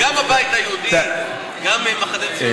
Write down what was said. גם הבית היהודי, גם המחנה הציוני.